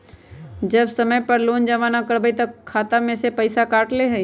जब समय पर लोन जमा न करवई तब खाता में से पईसा काट लेहई?